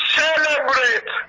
celebrate